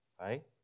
right